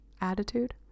attitude